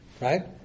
right